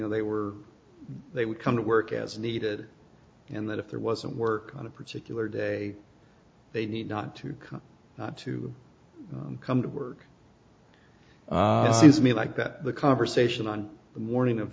know they were they would come to work as needed and that if there wasn't work on a particular day they need not to come to come to work seems to me like that the conversation on the morning of